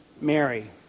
Mary